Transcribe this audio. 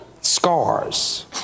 scars